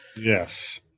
Yes